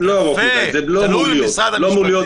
ולאחר מכן,